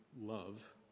love